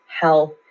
health